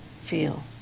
feel